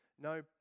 no